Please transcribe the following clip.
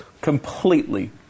Completely